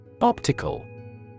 Optical